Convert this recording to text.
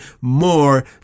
more